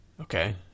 Okay